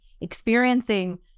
experiencing